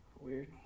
Weird